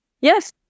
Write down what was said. Yes